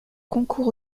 concours